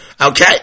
Okay